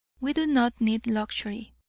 we do not need luxury.